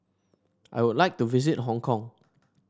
I would like to visit Hong Kong